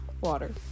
Water